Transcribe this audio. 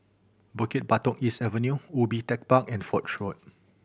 Bukit Batok East Avenue Ubi Tech Park and Foch Road